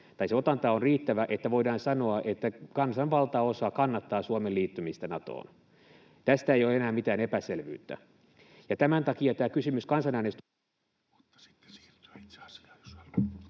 tai se otanta on riittävä — että voidaan sanoa, että kansan valtaosa kannattaa Suomen liittymistä Natoon. Tästä ei ole enää mitään epäselvyyttä. Ja tämän takia tämä kysymys kansanäänestyksestä... [Mika Niikko avaa mikrofoninsa, jolloin